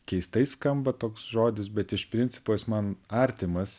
keistai skamba toks žodis bet iš principo jis man artimas